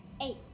Eight